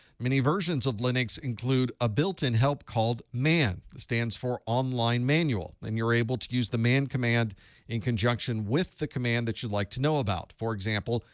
many versions of linux include a built-in help called man that stands for online manual, and you're able to use the man command in conjunction with the command that you'd like to know about. for example,